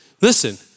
Listen